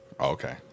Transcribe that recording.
Okay